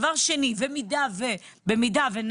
דבר שני, במידה ונניח